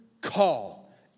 call